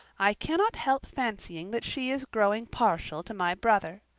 i cannot help fancying that she is growing partial to my brother.